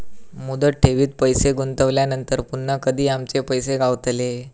मुदत ठेवीत पैसे गुंतवल्यानंतर पुन्हा कधी आमचे पैसे गावतले?